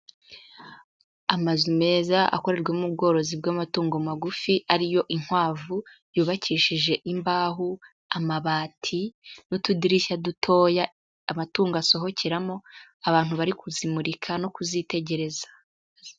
Amazu meza akorerwamo ubworozi bw'amatungo magufi ari yo inkwavu yubakishije imbaho, amabati n'utudirishya dutoya amatungo asohokeramo, abantu bari kuzimurika no kuzitegereza.